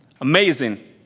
Amazing